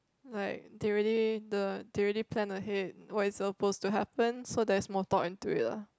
like they really the they really plan ahead what is supposed to happen so there's more thought into it lah